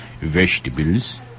Vegetables